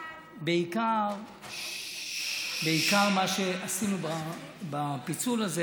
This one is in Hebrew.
בעיקר מה שעשינו בפיצול הזה,